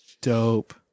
Dope